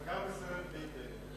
וגם ישראל ביתנו.